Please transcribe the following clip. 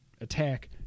attack